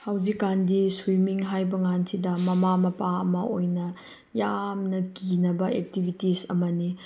ꯍꯧꯖꯤꯛ ꯀꯥꯟꯗꯤ ꯁ꯭ꯋꯤꯃꯤꯡ ꯍꯥꯏꯕ ꯀꯥꯟꯁꯤꯗ ꯃꯃꯥ ꯃꯄꯥ ꯑꯃ ꯑꯣꯏꯅ ꯌꯥꯝꯅ ꯀꯤꯅꯕ ꯑꯦꯛꯇꯤꯕꯤꯇꯤꯁ ꯑꯃꯅꯤ